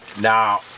Now